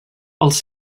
els